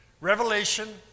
Revelation